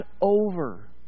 over